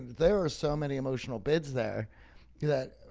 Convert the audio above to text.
there are so many emotional bids there that,